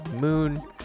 Moon